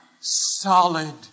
solid